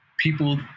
people